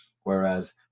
Whereas